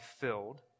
filled